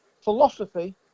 Philosophy